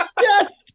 Yes